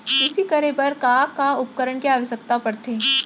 कृषि करे बर का का उपकरण के आवश्यकता परथे?